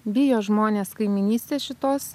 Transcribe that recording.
bijo žmonės kaimynystės šitos